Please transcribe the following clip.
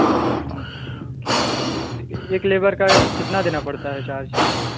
अच्छा एक लेबर का कितना देना पड़ता है चार्ज